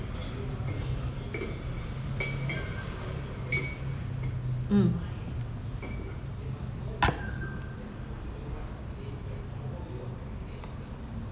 mm